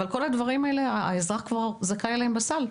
אבל לכל הדברים האלה האזרח כבר זכאי בסל,